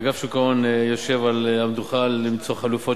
אגף שוק ההון יושב על המדוכה למצוא חלופות